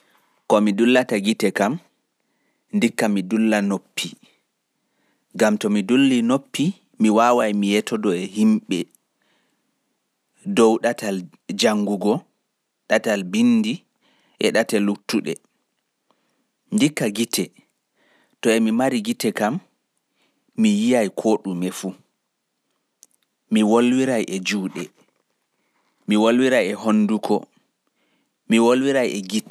Ndikka mi dulla noppi gam mi waawai mi metida e himɓe dow ɗateeji jangugo, binndi e ɗate luttuɗe. Ndikka gite, to emi mari gite kam, mi yiyai mi raara ko ɗume fu, mi wolwirai e juuɗe, honnduko e gite.